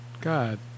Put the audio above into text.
God